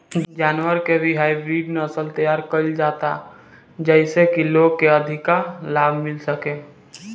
जानवर के भी हाईब्रिड नसल तैयार कईल जाता जेइसे की लोग के अधिका लाभ मिल सके